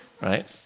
Right